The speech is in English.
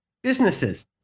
businesses